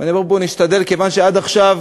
ואני אומר פה "נשתדל" כיוון שעד עכשיו,